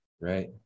Right